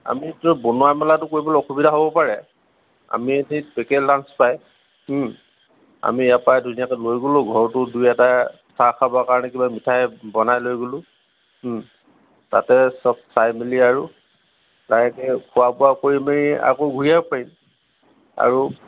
আমিতো বনোৱা মেলাটো কৰিবলৈ অসুবিধা হ'ব পাৰে আমি এই যে পেকেট লাঞ্চ পায় আমি ইয়াৰ পৰাই ধুনীয়াকে লৈ গ'লো ঘৰতো দুই এটাই চাহ খাবৰ কাৰণে কিবা মিঠাই বনাই লৈ গ'লো তাতে চব চাই মিলি আৰু লাহেকে খোৱা বোৱা কৰি আকৌ ঘূৰি আহিব পাৰিম আৰু